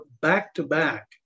back-to-back